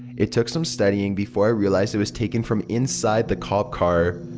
it took some studying before i realized it was taken from inside the cop car.